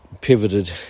pivoted